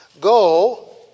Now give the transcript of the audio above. Go